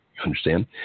understand